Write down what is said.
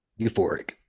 euphoric